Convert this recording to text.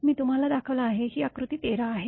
मी तुम्हाला दाखवलं आहे ही आकृती १३ आहे